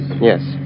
Yes